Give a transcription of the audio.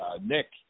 Nick